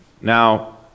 Now